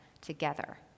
together